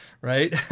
right